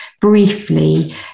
briefly